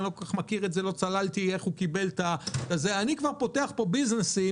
לא צללתי איך הוא קיבל את זה אני כבר פותח פה עסקים,